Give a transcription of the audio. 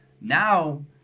Now